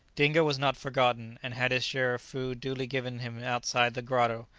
dingo was not forgotten, and had his share of food duly given him outside the grotto,